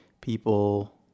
People